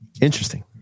interesting